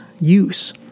use